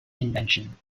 invention